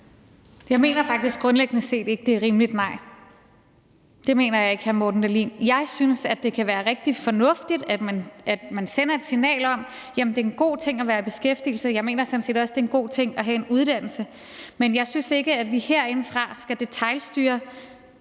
Jeg mener faktisk grundlæggende set ikke, at det er rimeligt, nej. Det mener jeg ikke, hr. Morten Dahlin. Jeg synes, at det kan være rigtig fornuftigt, at man sender et signal om, at det er en god ting at være i beskæftigelse, og jeg mener sådan set også, at det er en god ting at have en uddannelse. Men jeg synes ikke, at vi herindefra skal detailstyre,